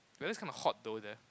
weather's kind of hot though there